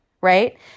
right